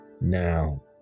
now